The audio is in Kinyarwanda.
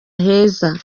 heza